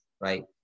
right